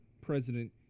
president